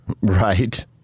Right